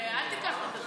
אל תיקח לו את הזמן.